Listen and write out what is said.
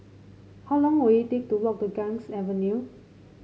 how long will it take to walk to Ganges Avenue